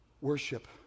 Worship